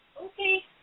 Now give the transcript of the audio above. Okay